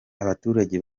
abaturage